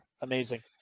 Amazing